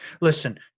Listen